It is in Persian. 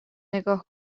نگاه